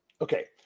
Okay